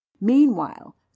Meanwhile